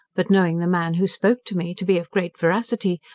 but knowing the man who spoke to me to be of great veracity,